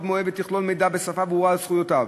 מועד ותכלול מידע בשפה ברורה על זכויותיו,